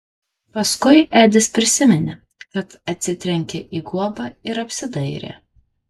paskui edis prisiminė kad atsitrenkė į guobą ir apsidairė